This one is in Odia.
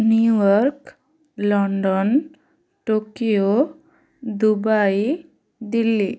New York London Tokyo Dubai Delhi